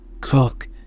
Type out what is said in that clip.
Cook